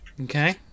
Okay